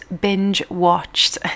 binge-watched